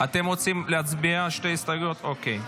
אתם רוצים להצביע שתי הסתייגויות, אוקיי.